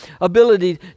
ability